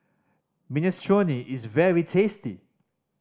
minestrone is very tasty